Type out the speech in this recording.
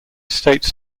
states